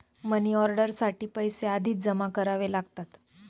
money order साठी पैसे आधीच जमा करावे लागतात